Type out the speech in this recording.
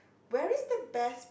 where is the best